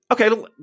okay